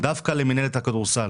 דווקא למינהלת הכדורסל,